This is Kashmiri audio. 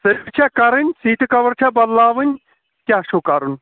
سٔروِس چھا کَرٕنۍ سیٖٹہِ کَوَر چھا بَدلاوٕنۍ کیٛاہ چھُو کَرُن